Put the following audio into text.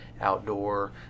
outdoor